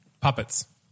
puppets